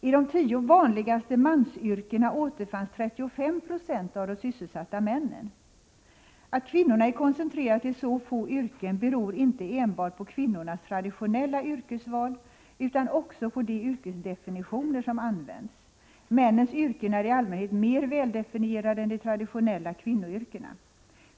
I de tio vanligaste mansyrkena återfanns 35 96 av de sysselsatta männen. Att kvinnorna är koncentrerade till så få yrken beror inte enbart på kvinnornas traditionella yrkesval utan också på de yrkesdefinitioner som används. Männens yrken är i allmänhet mer väldefinierade än de traditionella kvinnoyrkena.